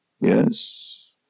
yes